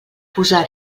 posar